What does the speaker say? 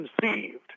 conceived